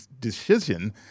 decision